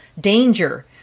danger